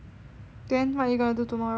then what you gonna do tomorrow